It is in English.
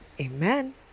amen